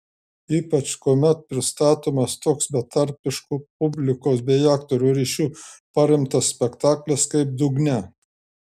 ypač kuomet pristatomas toks betarpišku publikos bei aktorių ryšiu paremtas spektaklis kaip dugne